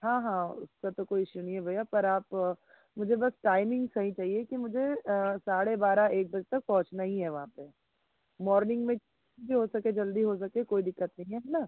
हाँ हाँ उसका तो कोई इशू नहीं है भैया पर आप मुझे बस टाइमिंग सही चाहिए कि मुझे साढ़े बारह एक बजे तक पहुँचना ही है वहाँ पर मॉर्निंग में जो हो सके जल्दी हो सके कोई दिक्कत नहीं है है ना